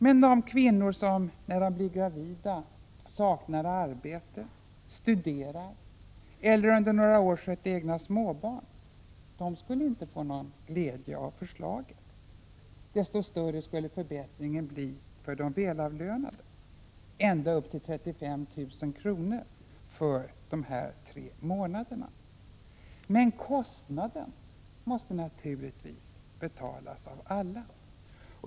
Men de kvinnor som, när de blir gravida, saknar arbete, studerar eller under några år skött egna små barn skulle inte få någon glädje av förslaget. Desto större skulle förbättringen bli för de välavlönade, ända upp till 35 000 kr. för dessa tre månader. Kostnaden måste naturligtvis betalas av alla.